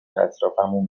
اطرافمو